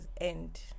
end